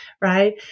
right